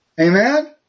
Amen